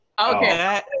Okay